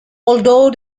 although